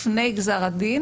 התסקיר מגיע לפני גזר הדין.